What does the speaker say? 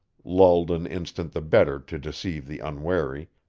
lulled an instant the better to deceive the unwary,